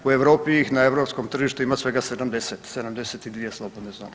U Europi ih na europskom tržištu ima svega 70, 72 slobodne zone.